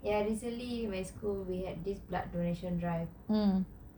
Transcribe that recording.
ya recently my school we had this blood donation drive